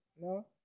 No